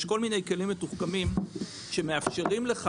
יש כל מיני כלים מתוחכמים שמאפשרים לך